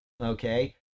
okay